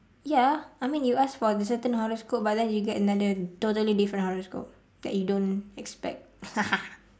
ya I mean you ask for the certain horoscope but then you get another totally different horoscope that you don't expect